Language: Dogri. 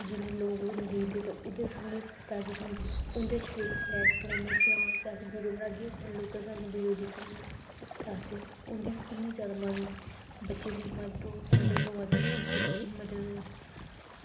जिन्ने लोग होंदे ते ओह्दे थ्रू उ'नेंगी पैसे थ्होंदे उं'दे कश बी इक प्लेटफार्म ऐ कि हां एह् पैसे दिंदे न अग्गें ते लोकें साढ़ियां वीडियो दिक्खनियां तां असें उं'दी किन्नी जादा नालेज़ बच्चें दी मदद होआ दी टीचरें दी मदद होआ दी